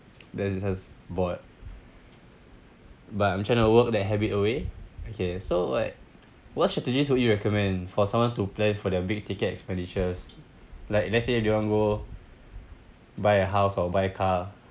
that's just bored but I'm trying to work that habit away okay so what what strategies would you recommend for someone to plan for their big ticket expenditures like let's say if they want to go buy a house or buy a car